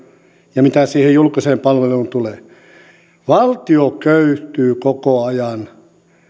ja mitä siihen julkiseen palveluun tulee ja valtio köyhtyy koko ajan